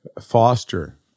foster